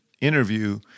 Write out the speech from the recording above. interview